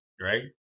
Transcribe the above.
right